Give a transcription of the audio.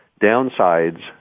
downsides